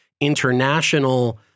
international